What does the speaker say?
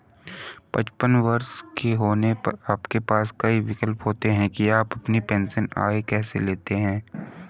पचपन वर्ष के होने पर आपके पास कई विकल्प होते हैं कि आप अपनी पेंशन आय कैसे लेते हैं